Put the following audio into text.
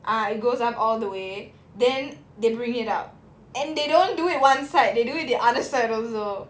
ah it goes up all the way then they bring it up and they don't do it one side they do it the other side also